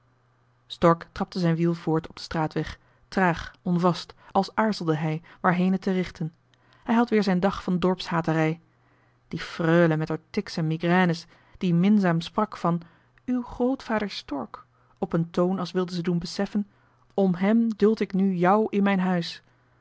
stork trapte zijn wiel voort op den straarweg traag onvast als aarzelde hij waarheen het te richten hij had weer zijn dag van dorpshaterij die freule met er tics en migraines die minzaam sprak van uw grootvader stork op een toon als wilde ze doen beseffen om hem duld ik nu jou in mijn huis